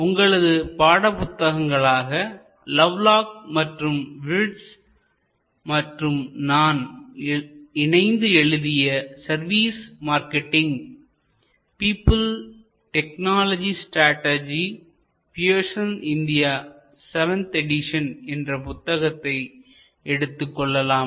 உங்களது பாட புத்தகங்களாக லவ்லாக் மற்றும் விர்ஸ் மற்றும் நான் இணைந்து எழுதிய service marketing people technology strategy Pearson India 7 edition என்ற புத்தகத்தை எடுத்துக்கொள்ளலாம்